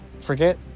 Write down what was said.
forget